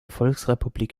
volksrepublik